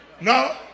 no